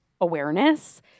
awareness